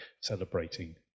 celebrating